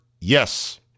yes